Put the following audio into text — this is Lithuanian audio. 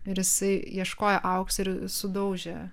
ir jisai ieškojo aukso ir sudaužė